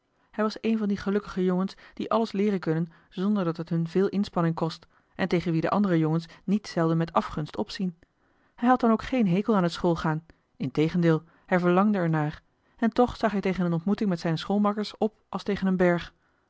hij was een van die gelukkige jongens die alles leeren kunnen zonder dat het hun veel inspanning kost en tegen wie de andere jongens niet zelden met afgunst opzien hij had dan ook geen hekel aan het schoolgaan integendeel hij verlangde er naar en toch zag hij tegen eene ontmoeting met zijne schoolmakkers op als tegen een berg